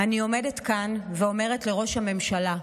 אני עומדת כאן ואומרת לראש הממשלה: